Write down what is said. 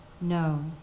No